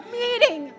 meeting